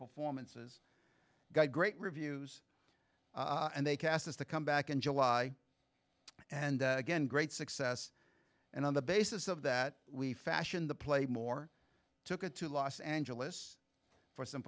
performances great reviews and they cast us to come back in july and again great success and on the basis of that we fashioned the play more took it to los angeles for some